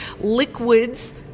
liquids